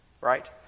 right